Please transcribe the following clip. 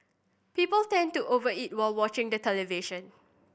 people tend to over eat while watching the television